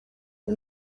the